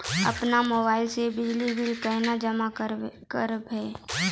अपनो मोबाइल से बिजली बिल केना जमा करभै?